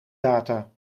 data